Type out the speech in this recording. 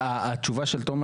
התשובה של תומר